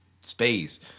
space